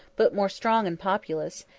but more strong and populous,